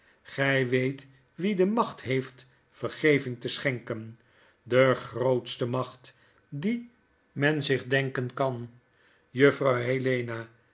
gy weet wie de macht heeft vergeving te schenken de grootste macht die men zich denken kan juffrouw helena